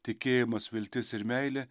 tikėjimas viltis ir meilė